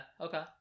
okay